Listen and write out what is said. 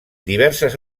diverses